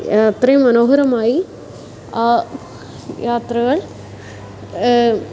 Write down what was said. അത്രയും മനോഹരമായി ആ യാത്രകൾ